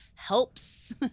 helps